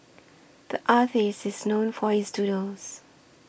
the artist is known for his doodles